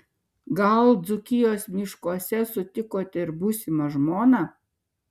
gal dzūkijos miškuose sutikote ir būsimą žmoną